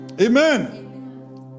Amen